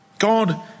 God